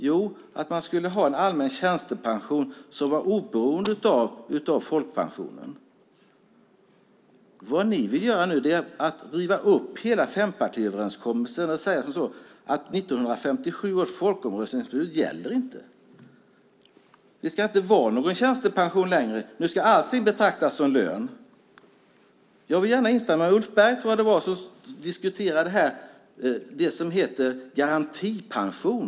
Jo, att man skulle ha en allmän tjänstepension som var oberoende av folkpensionen. Vad ni vill göra nu är att riva upp hela fempartiöverenskommelsen och säga att 1957 års folkomröstningsbeslut inte gäller. Det ska inte vara någon tjänstepension längre. Nu ska allting betraktas som lön. Jag vill gärna instämma med Ulf Berg som diskuterade det här som heter garantipension.